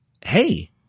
hey